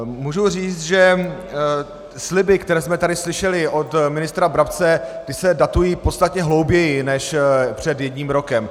Můžu říct, že sliby, které jsme tady slyšeli od ministra Brabce, se datují v podstatě hlouběji než před jedním rokem.